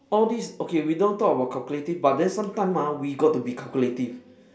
all these okay we don't talk about calculative but then sometimes ah we got to be calculative